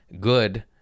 good